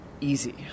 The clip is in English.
easy